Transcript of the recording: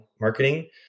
marketing